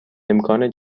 امکان